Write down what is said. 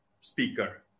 speaker